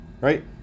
right